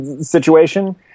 situation